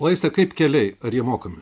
o aiste kaip keliai ar jie mokami